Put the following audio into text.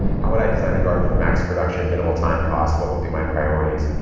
how would i design a garden for max production, minimal time cost? what would be my priorities?